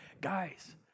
Guys